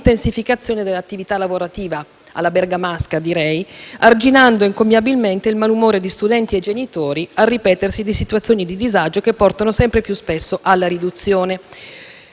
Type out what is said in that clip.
dell'attività lavorativa - alla bergamasca direi - arginando encomiabilmente il malumore di studenti e genitori al ripetersi di situazioni di disagio che portano sempre più spesso alla riduzione